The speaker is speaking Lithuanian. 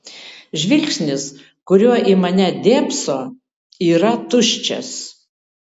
žvilgsnis kuriuo į mane dėbso yra tuščias